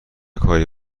کاری